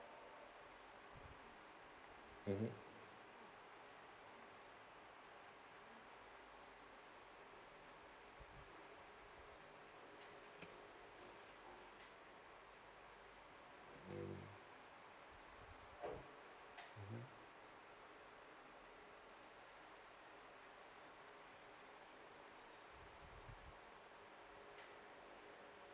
mmhmm mm mmhmm